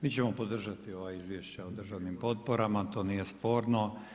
Mi ćemo podržati ova izvješća o državnim potporama, to nije sporno.